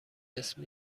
اسم